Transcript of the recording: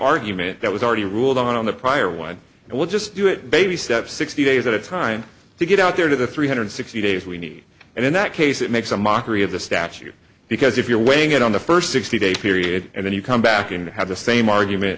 argument that was already ruled on the prior one and we'll just do it baby steps sixty days at a time to get out there to the three hundred sixty days we need and in that case it makes a mockery of the statute because if you're weighing it on the first sixty day period and then you come back and have the same argument